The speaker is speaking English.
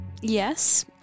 Yes